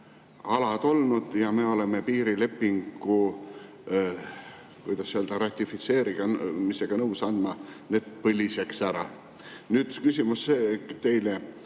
alad olnud ja me oleme piirilepingu ratifitseerimisega nõus andma need põliseks ära. Nüüd küsimus teile.